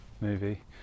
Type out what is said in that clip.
movie